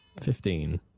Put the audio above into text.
Fifteen